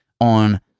on